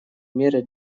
меры